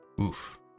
Oof